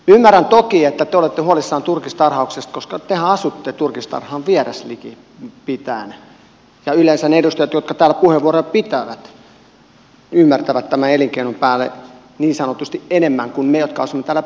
ymmärrän toki että te olette huolissanne turkistarhauksesta koska tehän asutte turkistarhan vieressä likipitäen ja yleensä ne edustajat jotka täällä puheenvuoroja pitävät ymmärtävät tämän elinkeinon päälle niin sanotusti enemmän kuin me jotka asumme täällä pääkaupunkiseudulla